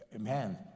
Man